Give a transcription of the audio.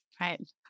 Right